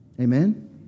Amen